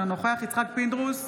אינו נוכח יצחק פינדרוס,